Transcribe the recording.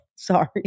Sorry